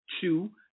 two